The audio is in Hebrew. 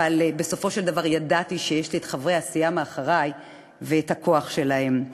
אבל בסופו של דבר ידעתי שיש לי את חברי הסיעה מאחורי ואת הכוח שלהם.